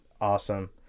awesome